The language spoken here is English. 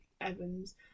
Evans